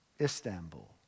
Istanbul